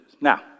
Now